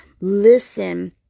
listen